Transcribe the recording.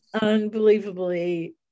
unbelievably